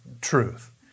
truth